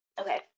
okay